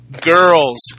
girls